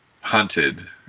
hunted